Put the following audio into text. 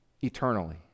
eternally